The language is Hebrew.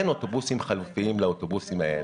אין אוטובוסים חלופיים לאוטובוסים האלה.